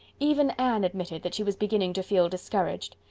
even anne admitted that she was beginning to feel discouraged.